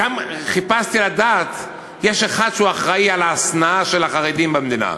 גם יש אחד שאחראי להשנאה של החרדים במדינה,